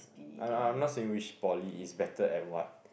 I'm I'm not saying which poly is better at what